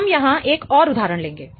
हम यहां एक और उदाहरण लेंगे